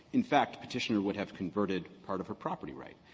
in fact, petitioner would have converted part of her property right.